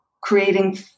Creating